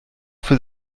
für